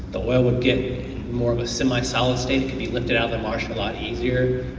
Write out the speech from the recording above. the water would get in more of a semi-solid state, it can be lifted out of the marsh a lot easier.